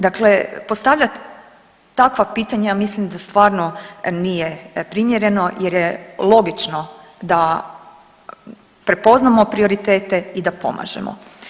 Dakle, postavlja takva pitanja mislim da stvarno nije primjereno jer je logično da prepoznamo prioritete i da pomažemo.